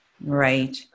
right